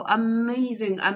amazing